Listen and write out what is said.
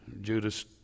Judas